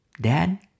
Dad